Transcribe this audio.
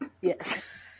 Yes